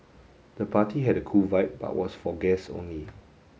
the party had a cool vibe but was for guests only